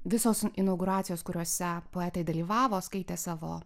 visos inauguracijos kuriuose poetai dalyvavo skaitė savo